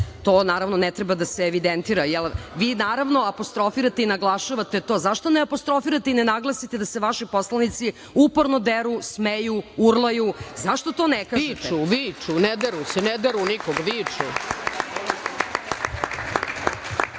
ili ne, to ne treba da se evidentira. Vi naravno apostrofirate i naglašavate to, a zašto ne apostrofirate i naglasite da se vaši poslanici uporno deru, smeju, urlaju, zašto to ne kažete? **Ana Brnabić** Viču. Ne deru se, ne deru nikog, viču.